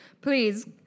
Please